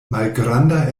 malgranda